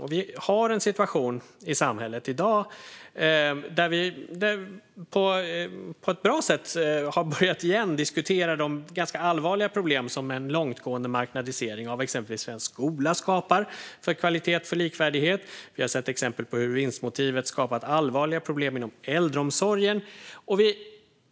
Vi har i dag en situation i samhället där vi på ett bra sätt, återigen, har börjat diskutera de ganska allvarliga problem som en långtgående marknadisering av exempelvis svensk skola skapar för kvalitet och för likvärdighet. Vi har också sett exempel på hur vinstmotivet har skapat allvarliga problem inom äldreomsorgen.